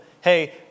hey